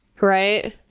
Right